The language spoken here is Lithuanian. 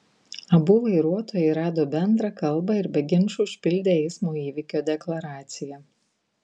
abu vairuotojai rado bendrą kalbą ir be ginčų užpildė eismo įvykio deklaraciją